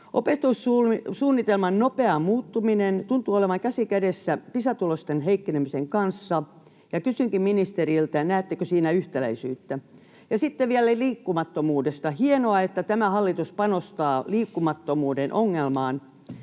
Opetussuunnitelman nopea muuttuminen tuntuu olevan käsi kädessä Pisa-tulosten heikkenemisen kanssa, ja kysynkin ministeriltä, näettekö siinä yhtäläisyyttä. Ja sitten vielä liikkumattomuudesta. Hienoa, että tämä hallitus panostaa liikkumattomuuden ongelmaan